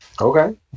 Okay